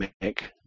make